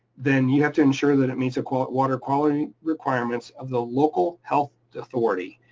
then you have to ensure that it meets a quality water quality requirements of the local health authority.